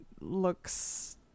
looks